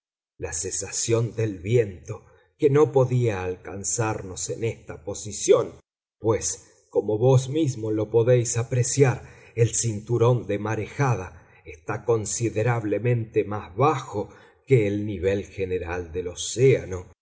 la cesación del viento que no podía alcanzarnos en esta posición pues como vos mismo lo podéis apreciar el cinturón de marejada está considerablemente más bajo que el nivel general del océano